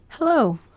Hello